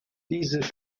diese